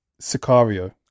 Sicario